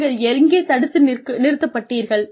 நீங்கள் எங்கே தடுத்து நிறுத்தப்பட்டீர்கள்